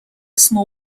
small